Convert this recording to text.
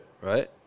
Right